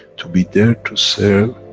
to be there to serve,